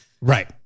right